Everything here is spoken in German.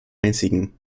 einzigen